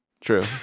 true